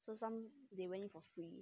so some they went for free